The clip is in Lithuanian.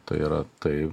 tai yra taip